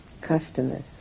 customers